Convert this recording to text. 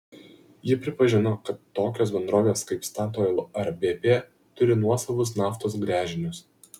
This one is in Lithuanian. ji pripažino kad tokios bendrovės kaip statoil ar bp turi nuosavus naftos gręžinius